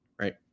right